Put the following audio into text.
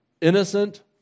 innocent